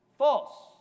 false